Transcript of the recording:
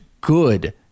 good